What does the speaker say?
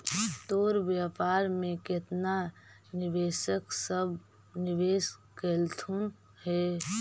तोर व्यापार में केतना निवेशक सब निवेश कयलथुन हे?